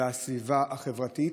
והסביבה החברתית,